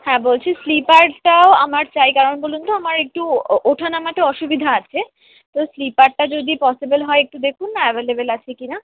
হ্যাঁ বলছি স্লিপারটাও আমার চাই কারণ বলুন তো আমার একটু ওঠা নামাতে অসুবিধা আছে তো স্লিপারটা যদি পসিবল হয় একটু দেখুন না অ্যাভেলেবল আছে কি না